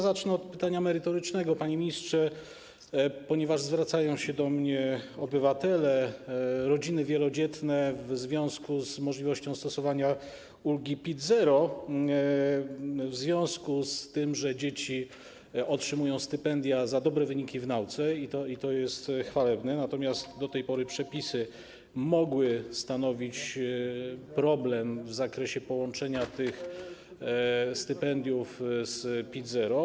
Zacznę od pytania merytorycznego, panie ministrze, ponieważ zwracają się do mnie obywatele, rodziny wielodzietne w sprawie możliwości stosowania ulgi PIT-0 w związku z tym, że dzieci otrzymują stypendia za dobre wyniki w nauce, co jest chwalebne, natomiast do tej pory przepisy mogły stanowić problem w zakresie połączenia tych stypendiów z PIT-0.